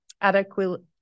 adequate